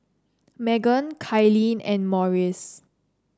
Meggan Kylene and Morris